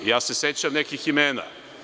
Ja se sećam nekih imena.